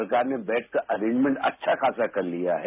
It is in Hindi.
सरकार ने बेड का अरेजमेंट अच्छा खासा कर लिया है